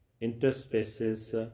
interspaces